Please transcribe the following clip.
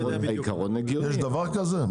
יש דבר כזה?